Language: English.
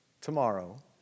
tomorrow